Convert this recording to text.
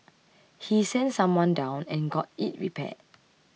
he sent someone down and got it repaired